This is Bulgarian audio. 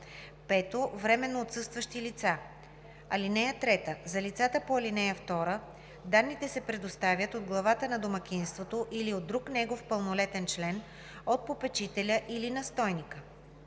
5. временно отсъстващи лица. (3) За лицата по ал. 2 данните се предоставят от главата на домакинството или от друг негов пълнолетен член, от попечителя или настойника.